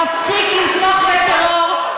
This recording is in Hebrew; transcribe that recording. יפסיק לתמוך בטרור.